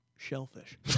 shellfish